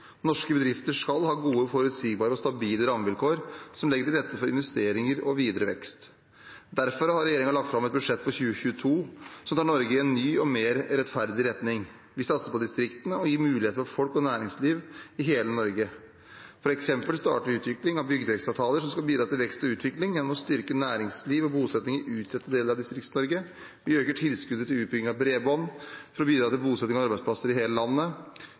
Norske bedrifter skal ha gode, forutsigbare og stabile rammevilkår som legger til rette for investeringer og videre vekst. Derfor har regjeringen lagt fram et budsjett for 2022 som tar Norge i en ny og mer rettferdig retning. Vi satser på distriktene og gir muligheter for folk og næringsliv i hele Norge. For eksempel starter vi utvikling av bygdevekstavtaler, som skal bidra til vekst og utvikling gjennom å styrke næringsliv og bosetting i utsatte deler av Distrikts-Norge. Vi øker tilskuddet til utbygging av bredbånd for å bidra til bosetting og arbeidsplasser i hele landet.